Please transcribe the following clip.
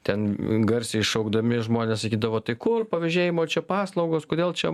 ten garsiai šaukdami žmonės sakydavo tai kur pavėžėjimo čia paslaugos kodėl čia